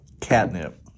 catnip